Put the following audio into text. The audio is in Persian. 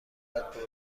بردیم